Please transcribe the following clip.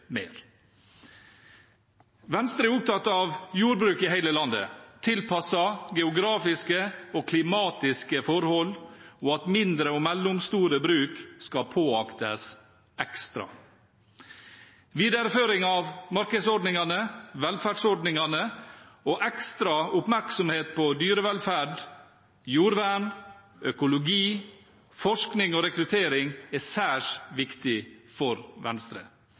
mer. Venstre er opptatt av jordbruk i hele landet, tilpasset geografiske og klimatiske forhold, og at mindre og mellomstore bruk skal påaktes ekstra. Videreføring av markedsordningene og velferdsordningene og ekstra oppmerksomhet på dyrevelferd, jordvern, økologi, forskning og rekruttering er særs viktig for Venstre.